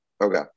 Okay